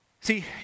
See